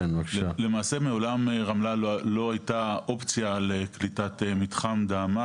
למעשה מעולם רמלה לא הייתה אופציה לקליטת מתחם דהמש